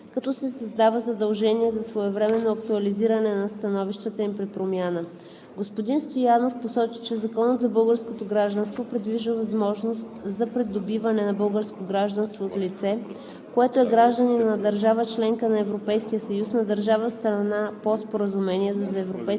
като се създава задължение за своевременно актуализиране на становищата им при промяна. Господин Стоянов посочи, че Законът за българското гражданство предвижда възможност за придобиване на българско гражданство от лице, което е гражданин на държава – членка на Европейския съюз, на държава – страна по Споразумението за Европейското